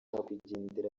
nyakwigendera